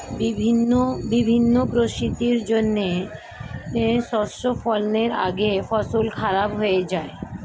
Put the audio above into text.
বিভিন্ন পরিস্থিতির জন্যে শস্য ফলনের আগেই ফসল খারাপ হয়ে যায়